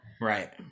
Right